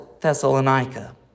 Thessalonica